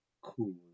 cool